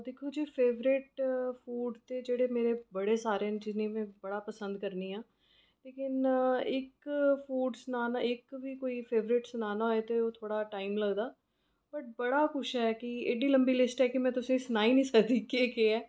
दिक्खो जी favourite food ते मेरे बड़े सारे न जिनें गी में बड़ा पसंद करनी आं लेकिन क फूड सुनाना कुसै दा बी फेवरट सुनाना होऐ ते थोह्ड़ा टाईम लगदा बट बड़ा कुछ ऐ एह्ड़ी लम्बी लिस्ट ऐ में तुसैं गी सुनाई नीं सकदी केह् केह् ऐ